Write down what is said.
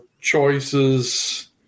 choices